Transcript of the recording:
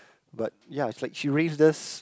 but ya it's like she raised us